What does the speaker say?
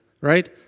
right